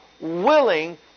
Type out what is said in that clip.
willing